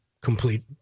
complete